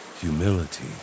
humility